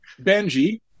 Benji